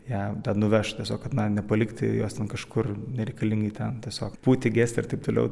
ją nuveš tiesiog kad na nepalikti jos ten kažkur nereikalingai ten tiesiog pūti gesti ar taip toliau